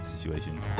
situation